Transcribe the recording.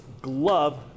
Glove